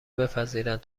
بپذیرند